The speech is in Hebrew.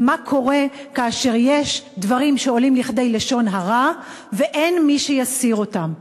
ומה קורה כאשר יש דברים שעולים לכדי לשון הרע ואין מי שיסיר אותם?